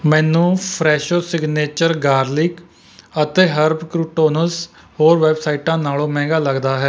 ਮੈਨੂੰ Fresho signature garlic ਅਤੇ herb croutons ਹੋਰ ਵੈੱਬਸਾਈਟਾਂ ਨਾਲੋਂ ਮਹਿੰਗਾ ਲੱਗਦਾ ਹੈ